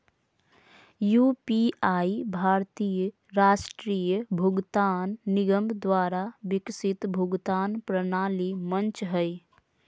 UPI भारतीय राष्ट्रीय भुगतान निगम द्वारा विकसित भुगतान प्रणाली मंच हइ